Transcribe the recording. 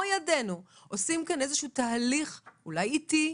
עושים כאן איזשהו תהליך - אולי איטי,